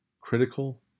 critical